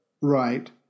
Right